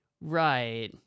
Right